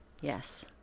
Yes